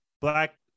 black